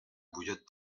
bouillotte